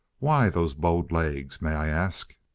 why those bowed legs, may i ask,